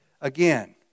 again